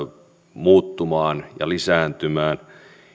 muuttumaan ja lisääntymään